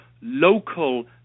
local